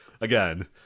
again